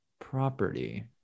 property